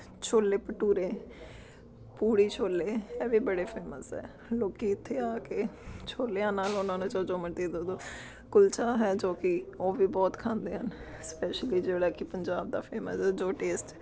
ਛੋਲੇ ਭਟੂਰੇ ਪੂੜੀ ਛੋਲੇ ਇਹ ਵੀ ਬੜੇ ਫੇਮਸ ਹੈ ਲੋਕ ਇੱਥੇ ਆ ਕੇ ਛੋਲਿਆਂ ਨਾਲ ਉਹਨਾਂ ਨੂੰ ਜੋ ਜੋ ਮਰਜ਼ੀ ਦੇ ਦਿਉ ਕੁਲਚਾ ਹੈ ਜੋ ਕਿ ਉਹ ਵੀ ਬਹੁਤ ਖਾਂਦੇ ਹਨ ਸਪੈਸ਼ਲੀ ਜਿਹੜਾ ਕਿ ਪੰਜਾਬ ਦਾ ਫੇਮਸ ਜੋ ਟੇਸਟ